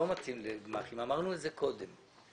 אמרנו את זה קודם.